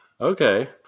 okay